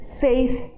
faith